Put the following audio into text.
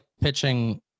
pitching